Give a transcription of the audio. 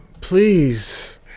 please